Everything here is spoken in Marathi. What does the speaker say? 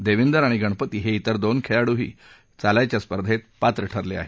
देविंदर आणि गणपती हे इतर दोन खेळाडू ही चालायच्या स्पर्धेत पात्र ठरले आहेत